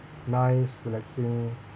nice relaxing